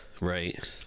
right